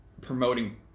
promoting